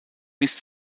bis